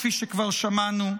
כפי שכבר שמענו,